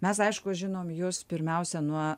mes aišku žinom jus pirmiausia nuo